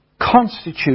constitute